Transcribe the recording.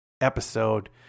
episode